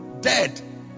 dead